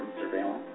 surveillance